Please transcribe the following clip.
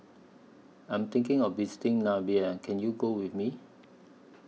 I Am thinking of visiting Namibia Can YOU Go with Me